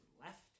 left